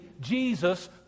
Jesus